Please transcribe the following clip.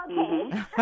Okay